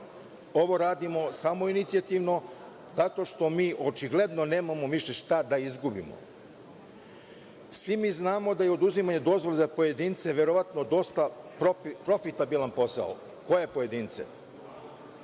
Ovo radimo samoinicijativno, zato što mi očigledno nemamo više šta da izgubimo. Svi mi znamo da je oduzimanje dozvole za pojedince verovatno dosta profitabilan posao. Koje pojedince? Ali,